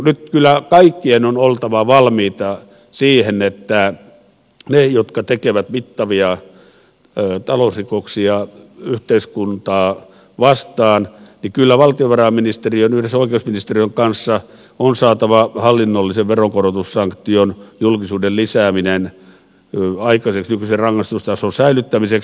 nyt kyllä kaikkien on oltava valmiita siihen että niille jotka tekevät mittavia talousrikoksia yhteiskuntaa vastaan kyllä valtiovarainministeriön yhdessä oikeusministeriön kanssa on saatava hallinnollinen veronkorotussanktio julkisuuden lisääminen aikaiseksi nykyisen rangaistustason säilyttämiseksi